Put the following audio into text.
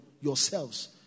yourselves